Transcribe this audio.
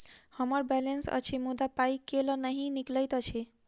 हम्मर बैलेंस अछि मुदा पाई केल नहि निकलैत अछि?